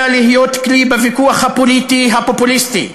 אל לה להיות כלי בוויכוח הפוליטי הפופוליסטי.